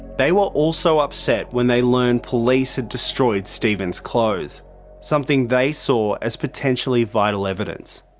they were also upset when they learned police had destroyed stephen's clothes something they saw as potentially vital evidence.